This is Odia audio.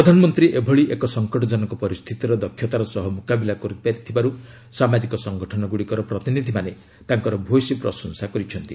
ପ୍ରଧାନମନ୍ତ୍ରୀ ଏଭଳି ଏକ ସଂକଟଜନକ ପରିସ୍ଥିସ୍ଥିତିର ଦକ୍ଷତାର ସହ ମୁକାବିଲା କରୁଥିବାରୁ ସାମାଜିକ ସଂଗଠନଗୁଡ଼ିକର ପ୍ରତିନିଧିମାନେ ତାଙ୍କର ଭ୍ରୟସୀ ପ୍ରଶଂସା କରିଛନ୍ତି